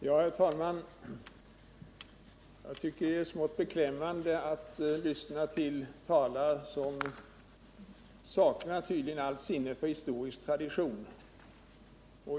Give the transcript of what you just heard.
Herr talman! Jag tycker att det är beklämmande att lyssna till talare som tydligen saknar allt sinne för historisk tradition.